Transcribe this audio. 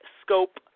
Scope